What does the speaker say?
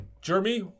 Jeremy